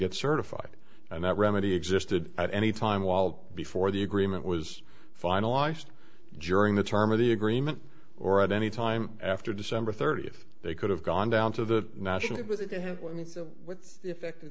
get certified and that remedy existed at any time while before the agreement was finalized joining the term of the agreement or at any time after december thirtieth they could have gone down to the national